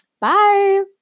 bye